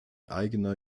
eigener